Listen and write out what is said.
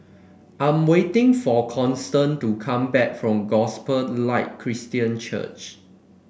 I am waiting for Constance to come back from Gospel Light Christian Church